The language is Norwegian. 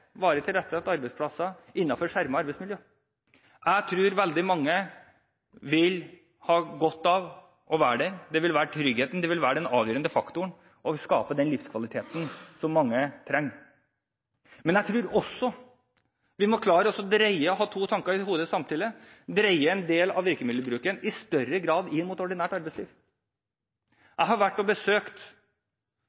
varig tilrettelagte arbeidsplasser innenfor skjermet arbeidsmiljø? Jeg tror veldig mange vil ha godt av å være der, det vil være tryggheten, det vil være den avgjørende faktoren for å skape den livskvaliteten som mange trenger, men jeg tror også at vi må klare å ha to tanker i hodet samtidig og dreie en del av virkemiddelbruken i større grad inn mot ordinært arbeidsliv.